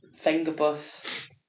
Fingerbus